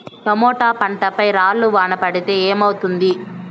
Tomato పంట పై రాళ్లు వాన పడితే ఏమవుతుంది?